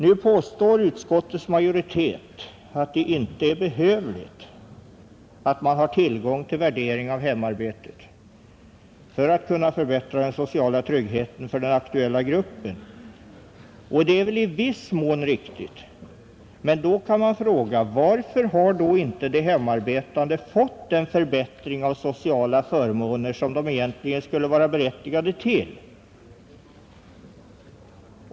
Nu påstår utskottets majoritet att det inte är behövligt att man har tillgång till värdering av hemarbetet för att kunna förbättra den sociala tryggheten för den aktuella gruppen. Det är väl i viss mån riktigt. Men här kan man fråga: Varför har då inte de hemarbetande fått den förbättring av sociala förmåner som de egentligen skulle vara berättigade till?